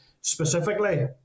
specifically